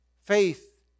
faith